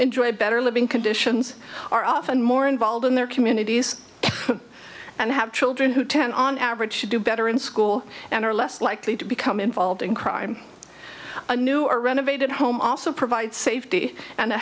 a better living conditions are often more involved in their communities and have children who tend on average should do better in school and are less likely to become involved in crime a new or renovated home also provide safety and